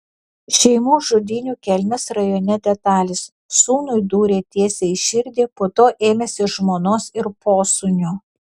šeimos žudynių kelmės rajone detalės sūnui dūrė tiesiai į širdį po to ėmėsi žmonos ir posūnio